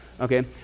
okay